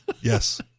Yes